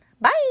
Bye